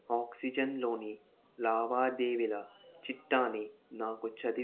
ఆక్సిజెన్లోని లావాదేవీల చిట్టాని నాకు చదివి వినిపించు